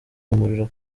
umuriro